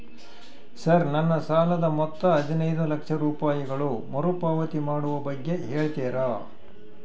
Sir ನನ್ನ ಸಾಲದ ಮೊತ್ತ ಹದಿನೈದು ಲಕ್ಷ ರೂಪಾಯಿಗಳು ಮರುಪಾವತಿ ಮಾಡುವ ಬಗ್ಗೆ ಹೇಳ್ತೇರಾ?